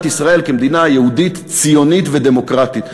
ישראל כמדינה יהודית ציונית ודמוקרטית.